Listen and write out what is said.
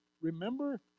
remember